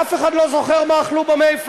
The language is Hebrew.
ואף אחד לא זוכר מה אכלו ב"מייפלאואר"